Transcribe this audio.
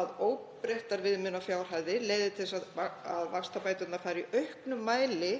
að óbreyttar viðmiðunarfjárhæðir leiði til að vaxtabæturnar fari í auknum mæli